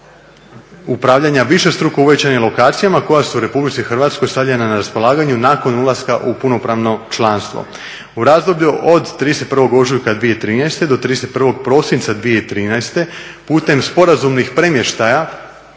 U razdoblju od 31. ožujka 2013. do 31. prosinca 2013. putem sporazumnih premještaja